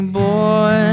boy